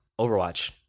Overwatch